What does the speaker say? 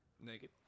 Naked